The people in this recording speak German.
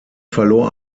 verlor